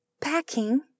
packing